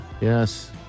Yes